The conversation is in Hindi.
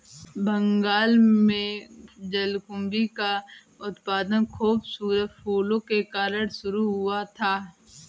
बंगाल में जलकुंभी का उत्पादन खूबसूरत फूलों के कारण शुरू हुआ था